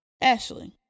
Ashley